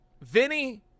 Vinny